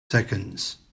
seconds